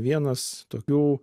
vienas tokių